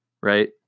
Right